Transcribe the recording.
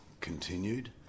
continued